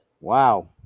Wow